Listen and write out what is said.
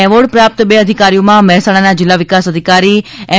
award પ્રાપ્ત બે અધિકારીઓમાં મહેસાણાના જિલ્લા વિકાસ અધિકારી એમ